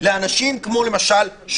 בית המלון,